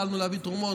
התחלנו להביא תרומות,